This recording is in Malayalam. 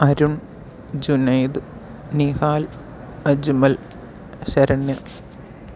അരുൺ ജുനൈദ് നിഹാൽ അജ്മൽ ശരണ്യ